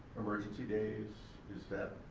emergency days. is that,